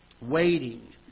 Waiting